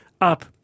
up